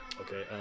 Okay